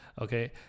okay